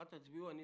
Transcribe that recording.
אתה רוצה לדבר